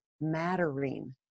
mattering